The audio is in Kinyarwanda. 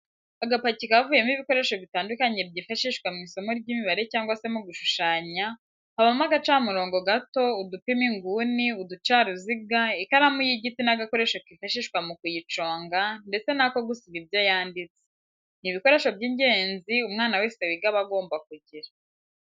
Agapaki kavuyemo ibikoresho bitandukanye byifashishwa mu isomo ry'imibare cyangwa se mu gushushanya, habamo agacamurongo gato, udupima inguni, uducaruziga, ikaramu y'igiti n'agakoresho kifashishwa mu kuyiconga ndetse n'ako gusiba ibyo yanditse, ni ibikoresho by'ingenzi umwana wese wiga aba agomba kugira.